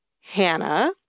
Hannah